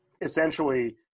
essentially